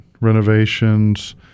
renovations